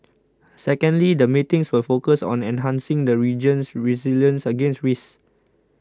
secondly the meetings will focus on enhancing the region's resilience against risks